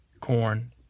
corn